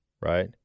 right